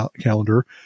calendar